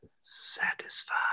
satisfied